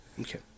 Okay